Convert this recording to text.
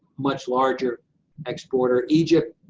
much larger exporter. egypt,